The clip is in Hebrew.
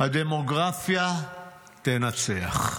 הדמוגרפיה תנצח.